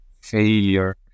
failure